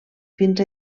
fins